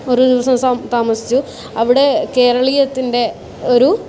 ഒരു ദിവസം താമസിച്ചു അവിടെ കേരളീയത്തിൻ്റെ ഒരു